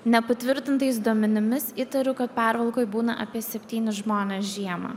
nepatvirtintais duomenimis įtariu kad pervalkoj būna apie septyni žmonės žiemą